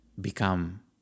become